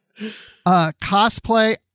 Cosplay